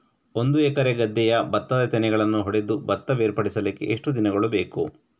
ಒಂದು ಎಕರೆ ಗದ್ದೆಯ ಭತ್ತದ ತೆನೆಗಳನ್ನು ಹೊಡೆದು ಭತ್ತ ಬೇರ್ಪಡಿಸಲಿಕ್ಕೆ ಎಷ್ಟು ದಿನಗಳು ಬೇಕು?